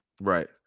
Right